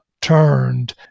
turned